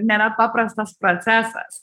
nėra paprastas procesas